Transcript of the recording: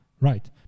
Right